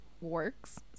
works